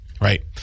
right